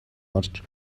орж